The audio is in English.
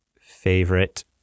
favorite